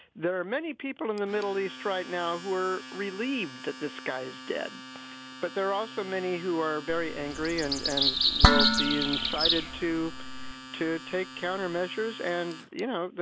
there are many people in the middle east right now who are relieved that this guy's dead but there are also many who are very angry and and will be incited to to take counter measures. and, you know, but